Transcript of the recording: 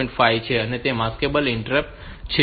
5 છે તે maskable interrupt છે